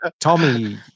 tommy